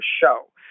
show